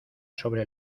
sobre